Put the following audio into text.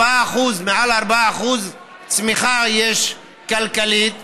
יש מעל 4% צמיחה כלכלית,